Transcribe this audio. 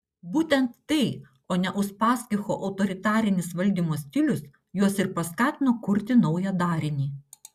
būtent tai o ne uspaskicho autoritarinis valdymo stilius juos ir paskatino kurti naują darinį